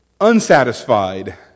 unsatisfied